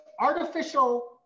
artificial